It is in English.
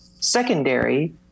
secondary